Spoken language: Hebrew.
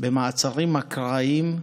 במעצרים אקראיים.